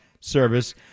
service